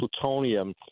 plutonium